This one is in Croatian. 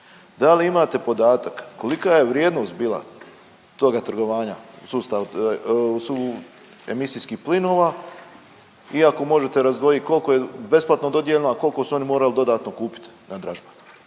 Da li imate podatak kolika je vrijednost bila toga trgovanja u sustavu u emisijskih plinova i ako možete razdvojiti koliko je besplatno dodijeljeno, a koliko su oni morali dodatno kupit na dražbi.